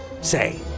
Say